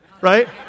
right